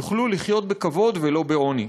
יוכלו לחיות בכבוד ולא בעוני.